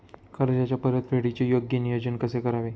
कर्जाच्या परतफेडीचे योग्य नियोजन कसे करावे?